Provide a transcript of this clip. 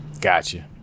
Gotcha